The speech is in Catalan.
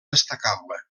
destacable